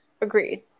Agreed